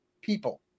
people